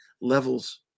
levels